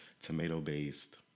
tomato-based